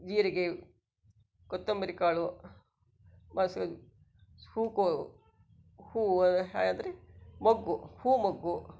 ಜೀರಿಗೆ ಕೊತ್ತಂಬರಿ ಕಾಳು ಹೂವುಕೊ ಹೂವು ಅಂದರೆ ಮೊಗ್ಗು ಹೂ ಮೊಗ್ಗು